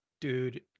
dude